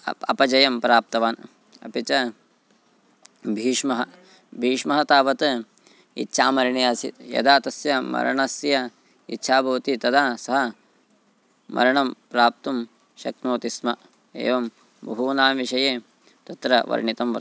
up अपजयं प्राप्तवान् अपि च भीष्मः भीष्मः तावत् इच्छामरणी आसीत् यदा तस्य मरणस्य इच्छा भवति तदा सः मरणं प्राप्तुं शक्नोति स्म एवं बहूनां विषये तत्र वर्णितं वर्तते